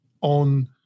on